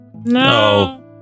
No